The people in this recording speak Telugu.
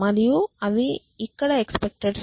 మరియు అవి ఇక్కడ ఎక్స్పెక్టెడ్ సంఖ్యలు 0